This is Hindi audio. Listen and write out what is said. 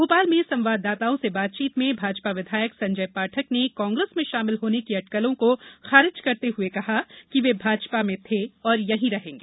भोपाल में संवाददाताओं से बातचीत में भाजपा विधायक संजय पाठक ने कांग्रेस में शामिल होने की अटकलों को खारिज कर करते हुए कहा कि वे भाजपा में थे और रहेंगे